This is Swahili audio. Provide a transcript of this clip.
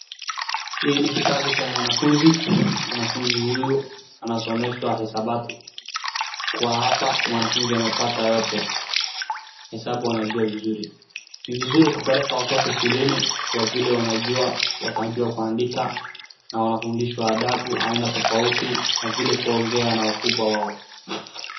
Hii ni kitabu cha mwanafuzi. Mwanafuzi huyu anasomeshwa hesabati, kwa hapa mwanafuzi amepata yote, hesabu anaijua vizuri. Ni vizuri kupeleka watoto shuleni kwa vile watajua kuandika na wanafundishwa adabu aina tofauti na vile kuongea na wakubwa wao.